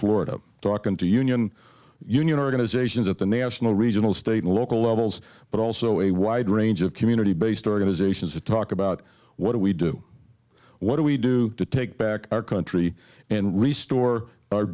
florida talking to union union organizations at the national regional state and local levels but also a wide range of community based organizations to talk about what do we do what do we do to take back our country and restore our